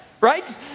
Right